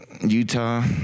Utah